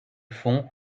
fond